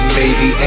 baby